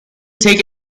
take